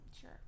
Sure